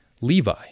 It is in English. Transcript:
Levi